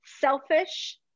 selfish